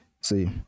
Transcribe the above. See